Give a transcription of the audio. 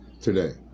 today